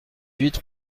huit